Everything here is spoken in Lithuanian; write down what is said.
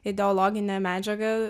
ideologinė medžiaga